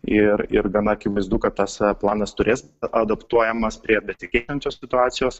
ir ir gana akivaizdu kad tas planas turės adaptuojamas prie besikeičiančios situacijos